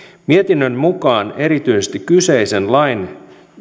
mietinnön mukaan erityisesti kyseisen lain